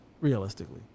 realistically